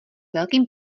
velkým